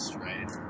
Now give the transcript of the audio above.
right